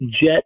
jet